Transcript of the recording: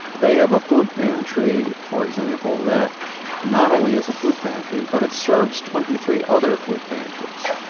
they have a food pantry, for example, that not only is a food pantry, but it serves twenty three other food pantries.